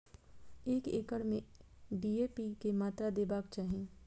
एक एकड़ में डी.ए.पी के मात्रा देबाक चाही?